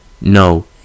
No